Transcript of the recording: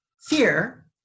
fear